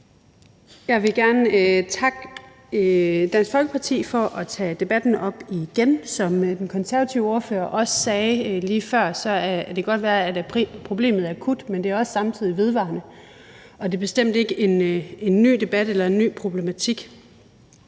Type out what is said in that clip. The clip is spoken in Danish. Jeg vil gerne takke Dansk Folkeparti for at tage debatten op igen. Som den konservative ordfører også sagde lige før, kan det godt være, at problemet er akut, men det er også samtidig vedvarende, og det er bestemt ikke en ny debat eller en ny problematik.